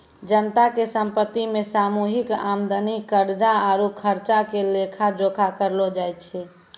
जनता के संपत्ति मे सामूहिक आमदनी, कर्जा आरु खर्चा के लेखा जोखा करलो जाय छै